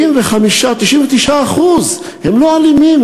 99% הם לא אלימים,